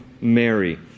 Mary